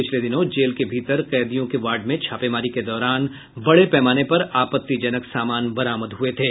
पिछले दिनों जेल के भीतर कैदियों के वार्ड में छापेमारी के दौरान बड़े पैमाने पर आपत्तिजनक सामान बरामद हुए थे